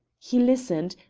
he listened,